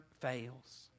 fails